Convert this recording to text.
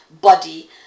body